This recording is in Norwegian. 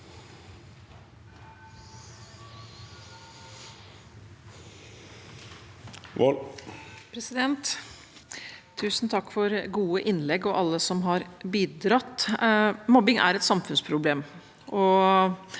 Tusen takk for gode innlegg og til alle som har bidratt. Mobbing er et samfunnsproblem.